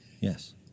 Yes